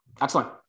Excellent